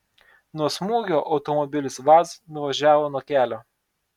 nuo smūgio automobilis vaz nuvažiavo nuo kelio